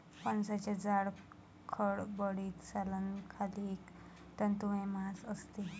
फणसाच्या जाड, खडबडीत सालाखाली एक तंतुमय मांस असते